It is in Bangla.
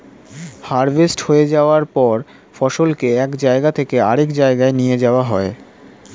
হার্ভেস্ট হয়ে যাওয়ার পর ফসলকে এক জায়গা থেকে আরেক জায়গায় নিয়ে যাওয়া হয়